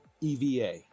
EVA